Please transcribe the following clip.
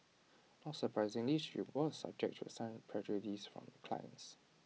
not surprisingly she was subject to some prejudice from clients